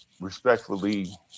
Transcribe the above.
respectfully